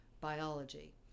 biology